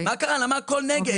למה הכל נגד?